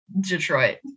Detroit